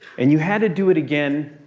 and you had to do it again,